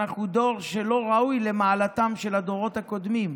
אנחנו דור שלא ראוי למעלתם של הדורות הקודמים.